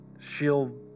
She'll